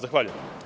Zahvaljujem.